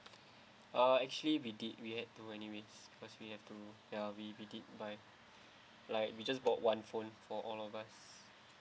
uh actually we did we had to anyway because we have to ya we we did buy like we just bought one phone for all of us